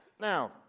Now